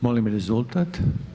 Molim rezultat.